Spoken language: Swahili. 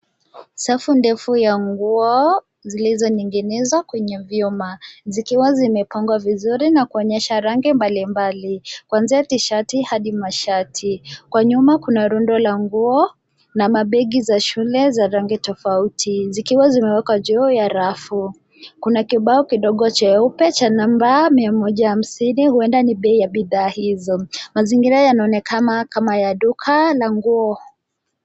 Safu ndefu ya nguo zilizoninginizwa kwenye vyuma, zikiwa zimepangwa vizuri na kuonyesha rangi mbalimbali; kuanzia T-shirt hadi mashati. Kwa nyuma kuna rundo la nguo na mabegi za shule za rangi tofauti, zikiwa zimewekwa juu ya rafu. Kuna kibao kidogo cheupe cha namba mia moja hamsini, huenda ni bei ya bidhaa hizo. Mazingira yanaonekana kama ya duka la nguo.